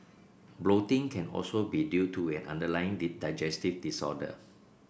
bloating can also be due to an underlying digestive disorder